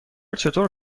چطور